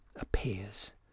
appears